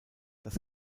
das